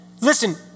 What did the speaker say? listen